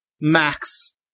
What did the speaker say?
Max